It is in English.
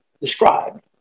described